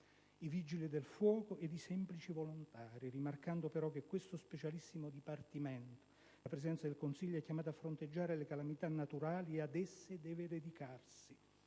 ai Vigili del fuoco e ai semplice volontari, rimarcando però che questo specialissimo dipartimento della Presidenza del Consiglio è chiamato a fronteggiare le calamità naturali e ad esse deve dedicarsi,